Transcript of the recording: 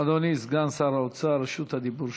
אדוני סגן שר האוצר, רשות הדיבור שלך.